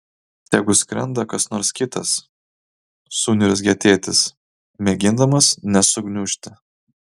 tegu skrenda kas nors kitas suniurzgė tėtis mėgindamas nesugniužti